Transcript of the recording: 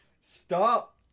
Stop